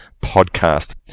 podcast